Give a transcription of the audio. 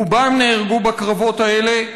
רובם נהרגו בקרבות האלה,